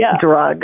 drug